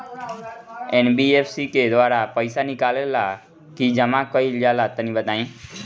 NBFC के द्वारा पईसा निकालल जला की जमा कइल जला तनि बताई?